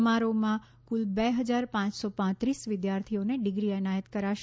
સમારોહમાં કુલ બે હજાર પાંચસો પાંત્રીસ વિદ્યાર્થીઓને ડિગ્રી એનાયત કરાશે